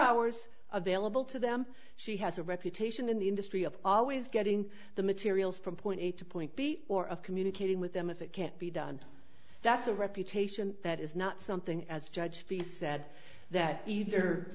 hours available to them she has a reputation in the industry of always getting the materials from point a to point b or of communicating with them if it can't be done that's a reputation that is not something as judge fee said that either